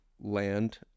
land